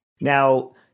Now